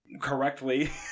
correctly